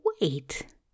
wait